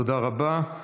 תודה רבה.